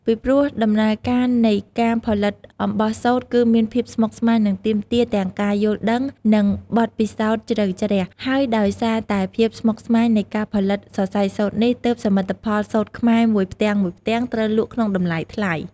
ពីព្រោះដំណើរការនៃការផលិតអំបោះសូត្រគឺមានភាពស្មុគស្មាញ និងទាមទារទាំងការយល់ ដឹង និងបទពិសោធន៍ជ្រៅជ្រះ ហើយដោយសារតែភាពស្មុគស្មាញនៃការផលិតសសៃសូត្រនេះ ទើបសមិទ្ធផលសូត្រខ្មែរមួយផ្ទាំងៗត្រូវលក់ក្នុងតម្លៃថ្លៃ។